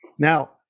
now